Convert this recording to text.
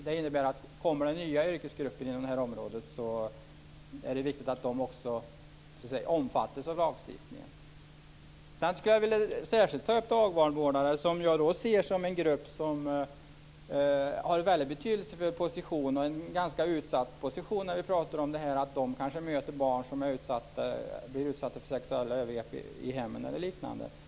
Det innebär att kommer det nya yrkesgrupper inom det här området är det viktigt att också de omfattas av lagstiftningen. Sedan skulle jag särskilt vilja ta upp dagbarnvårdare, som jag ser som en grupp som har en väldigt betydelsefull position och en ganska utsatt position. De kanske möter barn som blivit utsatta för sexuella övergrepp i hemmen eller liknande.